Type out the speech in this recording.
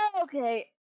Okay